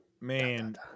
Man